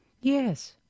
Yes